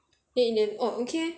then in the end okay